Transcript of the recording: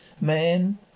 Man